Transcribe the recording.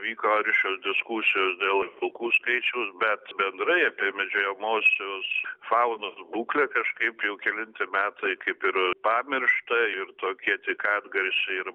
vyko aršios diskusijos dėl vilkų skaičiaus bet bendrai apie medžiojamosios faunos būklę kažkaip jau kelinti metai kaip ir pamiršta ir tokie tik atgarsiai ir